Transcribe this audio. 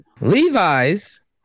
Levi's